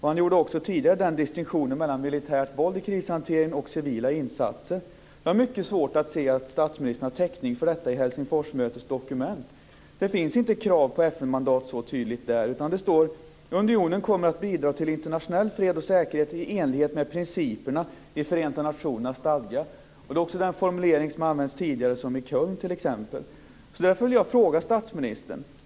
Han gjorde också tidigare en distinktion mellan militärt våld i krishantering och civila insatser. Jag har mycket svårt att se att statsministern har täckning för detta i Helsingforsmötets dokument. Det finns inte krav på FN-mandat så tydligt där. Det står: Unionen kommer att bidra till internationell fred och säkerhet i enlighet med principerna i Förenta Nationernas stadga. Det är också den formulering som har använts tidigare, t.ex. i Köln. Därför vill jag ställa en fråga statsministern.